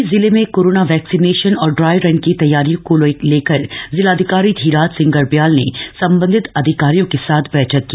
पौड़ी जिले में corona vaccination और इप्ट रन की तैयारी को लेकर जिलाधिकारी धीराज सिंह गर्ब्याल ने संबंधित अधिकारियों के साथ बैठक की